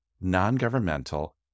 non-governmental